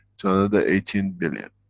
to another eighteen billion.